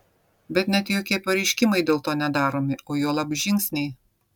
bet net jokie pareiškimai dėl to nedaromi o juolab žingsniai